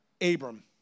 Abram